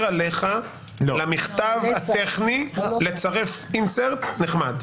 עליך למכתב הטכני לצרף insert נחמד.